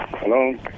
Hello